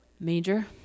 Major